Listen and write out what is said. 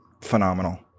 phenomenal